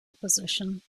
opposition